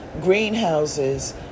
greenhouses